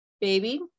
Baby